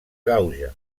gauge